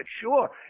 sure